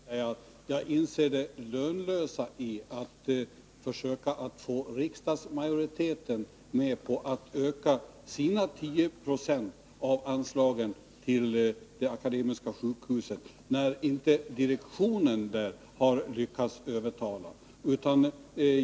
Herr talman! Till Daniel Tarschys vill jag säga att jag inser det lönlösa i att försöka få riksdagsmajoriteten med på att öka sina 10 90 av anslagen till Akademiska sjukhuset, när inte sjukhusets direktion har lyckats i sina övertalningsförsök.